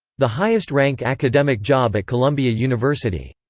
the highest-rank academic job at columbia university.